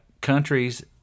countries